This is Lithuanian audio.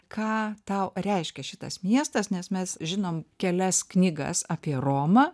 ką tau reiškia šitas miestas nes mes žinom kelias knygas apie romą